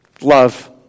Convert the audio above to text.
Love